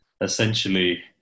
essentially